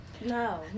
No